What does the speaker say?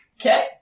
Okay